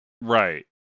Right